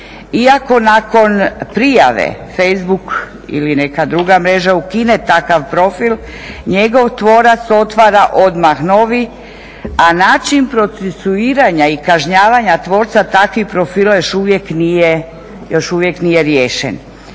Iako nakon prijave Facebook ili neka druga mreža ukine takav profil njegov tvorac otvara odmah novi a način procesuiranja i kažnjavanja tvorca takvih profila još uvijek nije riješen.